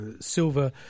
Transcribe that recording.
Silver